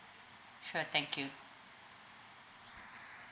sure thank you